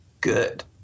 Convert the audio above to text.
good